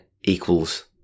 equals